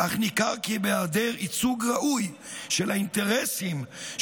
אך ניכר כי בהיעדר ייצוג ראוי של האינטרסים של